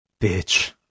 bitch